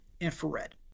infrared